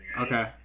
Okay